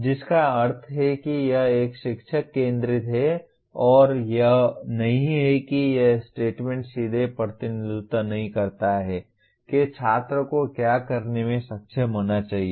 जिसका अर्थ है कि यह एक शिक्षक केंद्रित है और यह नहीं है कि यह स्टेटमेंट सीधे प्रतिनिधित्व नहीं करता है कि छात्र को क्या करने में सक्षम होना चाहिए